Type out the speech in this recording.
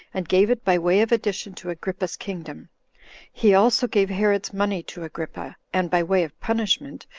and gave it by way of addition to agrippa's kingdom he also gave herod's money to agrippa, and, by way of punishment,